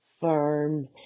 firm